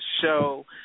show